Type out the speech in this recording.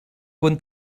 kun